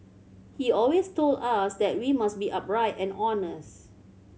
he always told us that we must be upright and honest